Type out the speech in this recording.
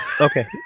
Okay